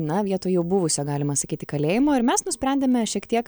na vietoj jau buvusio galima sakyti kalėjimo ir mes nusprendėme šiek tiek